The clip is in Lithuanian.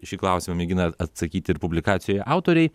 šį klausimą mėgina atsakyti ir publikacijų autoriai